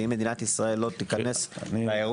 ואם מדינת ישראל לא תתגייס לאירוע,